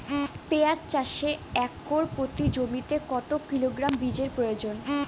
পেঁয়াজ চাষে একর প্রতি জমিতে কত কিলোগ্রাম বীজের প্রয়োজন?